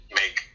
make